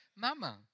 mama